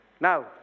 Now